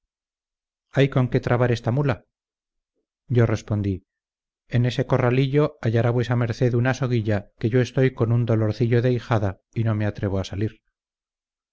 hay con qué trabar esta mula yo respondí en ese corralillo hallará vuesa merced una soguilla que yo estoy con un dolorcillo de ijada y no me atrevo a salir